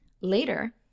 Later